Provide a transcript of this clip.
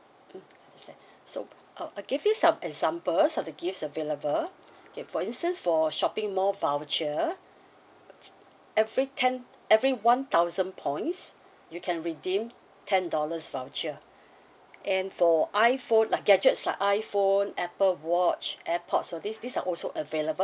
mm understand so uh I give you some examples of the gifts available okay for instance for shopping mall voucher every ten every one thousand points you can redeem ten dollars voucher and for iphone like gadgets lah iphone apple watch airpods all this these are also available